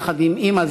יחד עם אימא,